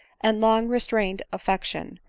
and long restrained affection,